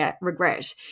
regret